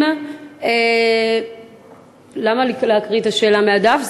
הם, למה, להקריא את השאלה מהדף?